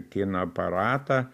kino aparatą